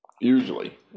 usually